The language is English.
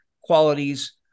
qualities